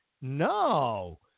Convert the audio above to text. No